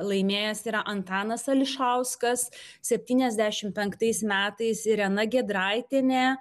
laimėjęs yra antanas ališauskas septyniasdešimt penktais metais irena giedraitienė